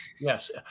Yes